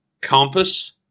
compass